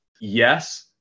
Yes